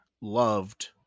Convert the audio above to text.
loved